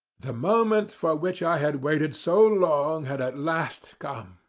the moment for which i had waited so long had at last come.